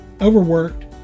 overworked